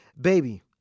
Baby